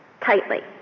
tightly